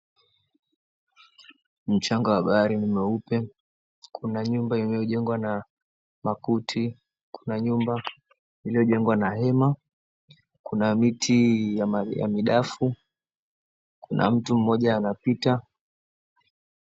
Mchanga wa bahari ni mweupe. Kuna nyumba inayojengwa na makuti, kuna nyumba iliyojengwa na hema, kuna miti ya midafu. Kuna mtu mmoja anapita.